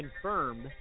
confirmed